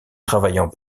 travaillant